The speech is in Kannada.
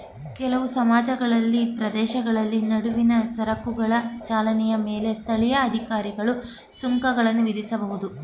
ಕೆಲವು ಸಮಾಜಗಳಲ್ಲಿ ಪ್ರದೇಶಗಳ ನಡುವಿನ ಸರಕುಗಳ ಚಲನೆಯ ಮೇಲೆ ಸ್ಥಳೀಯ ಅಧಿಕಾರಿಗಳು ಸುಂಕಗಳನ್ನ ವಿಧಿಸಬಹುದು